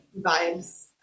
vibes